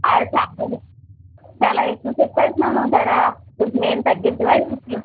అరే చాలా చాలా ఎక్కువ చెప్పేస్తున్నావు ధర కొంచెం ఏమి తగ్గించవా ఏమి